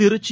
Trichy